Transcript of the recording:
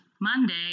Monday